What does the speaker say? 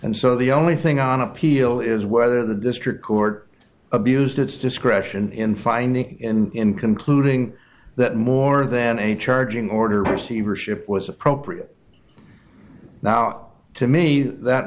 and so the only thing on appeal is whether the district court abused its discretion in finding and in concluding that more than a charging order receivership was appropriate now to me that